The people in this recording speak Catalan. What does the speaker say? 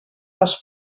les